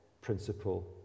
principle